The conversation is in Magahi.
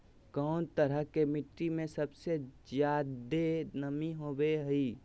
कौन तरह के मिट्टी में सबसे जादे नमी होबो हइ?